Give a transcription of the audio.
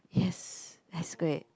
yes that's great